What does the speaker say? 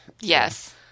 Yes